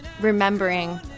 remembering